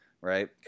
right